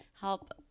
help